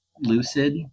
lucid